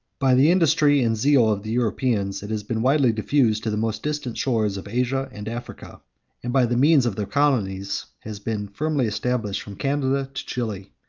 by the industry and zeal of the europeans, it has been widely diffused to the most distant shores of asia and africa and by the means of their colonies has been firmly established from canada to chili,